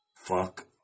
Fuck